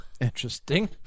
Interesting